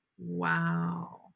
Wow